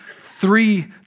three